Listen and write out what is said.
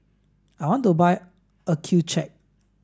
I want to buy Accucheck